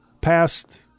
past